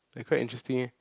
like quite interesting eh